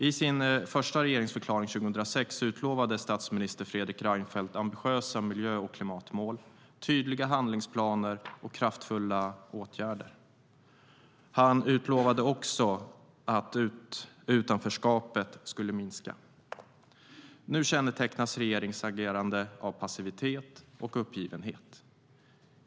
I sin första regeringsförklaring 2006 utlovade statsminister Fredrik Reinfeldt ambitiösa miljö och klimatmål, tydliga handlingsplaner och kraftfulla åtgärder. Han utlovade också att utanförskapet skulle minska. Nu kännetecknas regeringens agerande av passivitet och uppgivenhet.